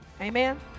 Amen